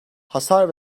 hasar